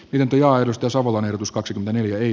vienti on risto savolainen tuskaksi kymmenen eri